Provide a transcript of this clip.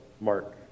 Mark